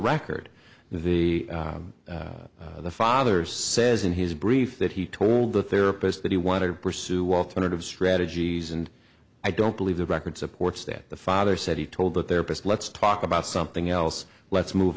record the father says in his brief that he told the therapist that he wanted to pursue alternative strategies and i don't believe the record supports that the father said he told that their best let's talk about something else let's move